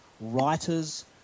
writers